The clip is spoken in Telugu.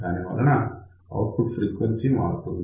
దానివలన ఔట్పుట్ ఫ్రీక్వెన్సీ మారుతుంది